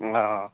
आं